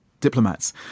diplomats